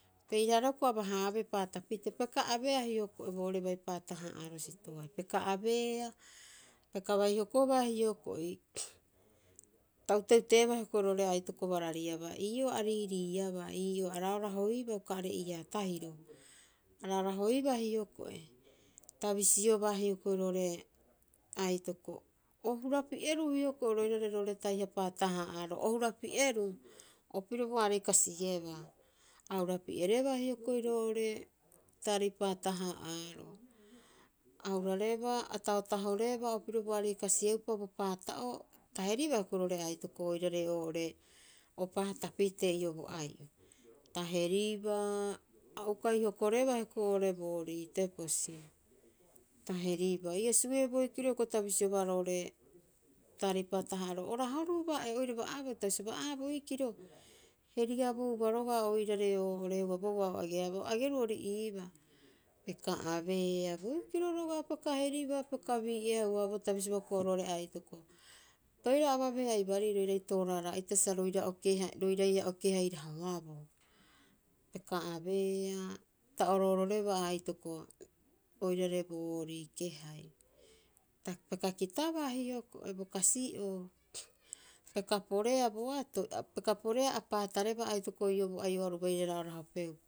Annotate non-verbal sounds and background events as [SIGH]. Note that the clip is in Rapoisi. Peiraharau hioko'i aba- haabehe paatapitee. Peka abeea hioko'i boori ua paata- ha'aaro sitoai. Peka abeea, peka bai hokobaa hioko'i. [NOISE] Ta ute'uteeba hioko'i roo'ore aitoko barariaba. Ii'oo a riiriiabaa, ii'o a rahorahoibaa uka are'eihara tahiro. Araaraahoibaa hioko'i. Ta bisibaa hioko'i roo'ore aitoko, o hurapi'eruu hioko'i roirare roo'ore tai paata- haa'aaro, o hurapi'eruu opirobu aarei kasiebaa. A hura pi'ereba hioko'i roo'ore taarei paata- haa'aaro. A hurarebaa, a tahotahorabaa opirobu aarei kasiepapa bo paata'oo. Ta heribaa hioko'i roo'ore aitoko oirare oo'ore, o paata pitee ii'oo bo ai'o. Ta heribaa, a ukai hokorebaa hioko'i oo'ore boorii teposi. Ta heribaa, ai asu'ee boikiro hioko'i. Hioko'i ta bisiobaa roo'ore taarei paata- haa'aaro, o rahoruu baa'e, oiraba abau. Ta bisiobaa, aa boikiro, heriabouba roga'a oirare oo'ore heuaaboo ua o ageabaa. O ageruu ori iibaa. Peka abeea, boikiro roga'a peka heribaa, peka bii'eea heuaboo. Ta bisioba hioko'i roo'ore aitoko. Poirau ababeha aibaari roirai tooraaraa'ita, sa roira okehai, roiraiha o kehai rahoaboo. Peka abeea, ta oroororeba aitoko oirare boorii kehai. Ta peka kitabaa hioko'i bo kasi'oo. Peka poreea boatoi, peka poreea a paatarebaa aitoko ii'oo bo ai'o a oru baire rahorahopeupa.